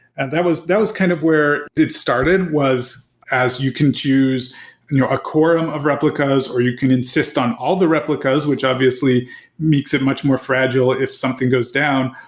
and that was that was kind of where it started, was as you can choose a quorum of replicas or you can insist on all the replicas, which obviously makes it much more fragile if something goes down,